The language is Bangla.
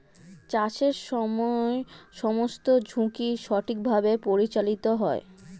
চাষের সময় সমস্ত ঝুঁকি সঠিকভাবে পরিচালিত হয়